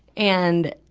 and,